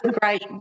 great